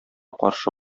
каршы